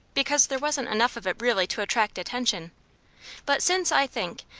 because there wasn't enough of it really to attract attention but since i think,